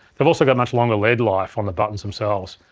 they've also got much longer led life on the buttons themselves.